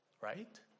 right